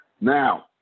now